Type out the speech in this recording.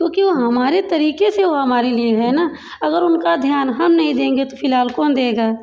क्योंकि हमारे तरीके से वो हमारे लिए है ना अगर उनका ध्यान हम नहीं देंगे तो फिलहाल कौन देगा